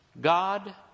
God